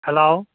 hello